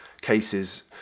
cases